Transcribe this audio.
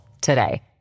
today